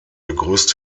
begrüßt